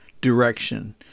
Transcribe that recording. direction